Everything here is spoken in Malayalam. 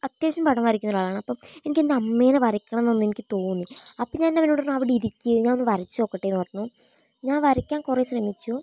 അത്യാവശ്യം പടം വരയ്ക്കുന്നൊരാളാണ് അപ്പം എനിക്കെൻ്റെ അമ്മേനെ വരയ്ക്കണമെന്നൊന്ന് എനിക്ക് തോന്നി അപ്പം ഞാനവരോട് പറഞ്ഞു അവിടിരിക്ക് ഞാനൊന്ന് വരച്ച് നോക്കട്ടേയെന്ന് പറഞ്ഞു ഞാൻ വരയ്ക്കാൻ കുറേ ശ്രമിച്ചു